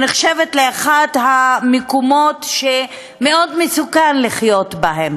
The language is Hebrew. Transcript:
שנחשבת לאחד המקומות שמאוד מסוכן לחיות בהם.